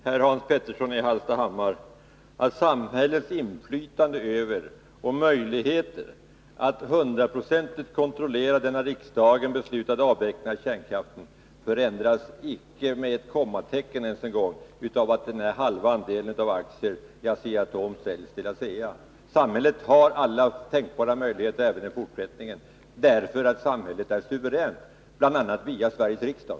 Herr talman! Jag kan försäkra Hans Petersson i Hallstahammar att samhällets möjligheter att hundraprocentigt kontrollera den av riksdagen beslutade avvecklingen av kärnkraft inte på något sätt förändras av att den halva andelen av aktierna i Asea-Atom säljs till ASEA. Samhället har alla tänkbara möjligheter till kontroll även i fortsättningen, eftersom samhället är suveränt bl.a. genom Sveriges riksdag.